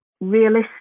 realistic